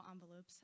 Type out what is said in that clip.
envelopes